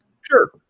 Sure